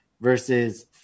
versus